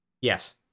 Yes